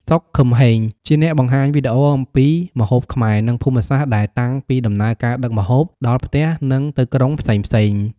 សុខ ខឹមហេង ជាអ្នកបង្ហាញវីដេអូអំពីម្ហូបខ្មែរ និងភូមិសាស្ត្រដែលតាំងពីដំណើរការដឹកម្ហូបដល់ផ្ទះ និងទៅក្រុងផ្សេងៗ។